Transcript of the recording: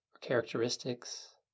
characteristics